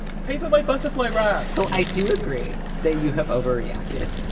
paper my butterfly rah so i do agree that you have overreacted.